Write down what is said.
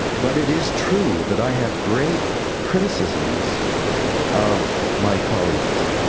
but it is true that i have great criticisms of my colleagues,